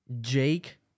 Jake